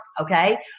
okay